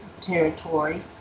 territory